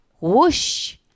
whoosh